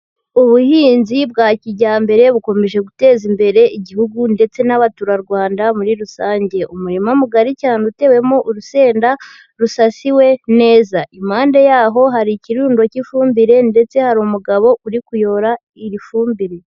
Ubuhinzi bwa kijyambere bukomeje guteza imbere igihugu ndetse n'abaturarwanda muri rusange. Umurima mugari cyane utewemo urusenda rusasiwe neza. Impande yaho hari ikirundo cy'ifumbire ndetse hari umugabo uri kuyobora iri fumbire.